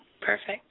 Perfect